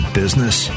business